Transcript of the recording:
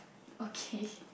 okay